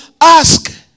ask